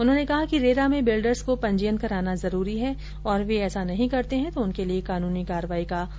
उन्होंने कहा कि रेरा में बिल्डर्स को पंजीयन कराना जरूरी है और वे ऐसा नहीं करते है तो उनके लिए कानुनी कार्रवाई का प्रावधान है